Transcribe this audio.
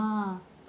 oh